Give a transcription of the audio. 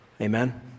Amen